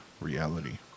reality